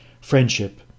friendship